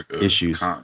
issues